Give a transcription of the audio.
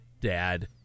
dad